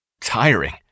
tiring